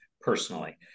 personally